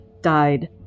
died